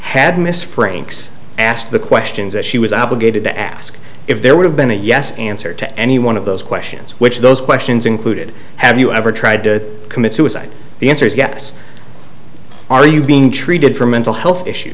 had miss frayne asked the questions that she was obligated to ask if there would have been a yes answer to any one of those questions which those questions included have you ever tried to commit suicide the answer is yes are you being treated for mental health issues